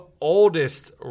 oldest